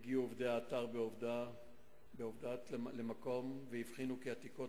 הגיעו עובדי האתר בעבדת למקום והבחינו כי עתיקות